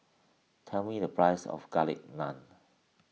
tell me the price of Garlic Naan